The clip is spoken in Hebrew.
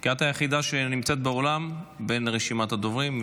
כי את היחידה שנמצאת באולם מבין רשימת הדוברים.